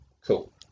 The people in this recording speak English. Cool